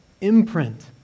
imprint